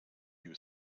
you